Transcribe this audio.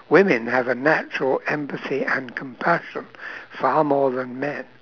women have a natural empathy and compassion far more than men